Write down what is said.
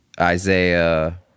Isaiah